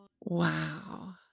Wow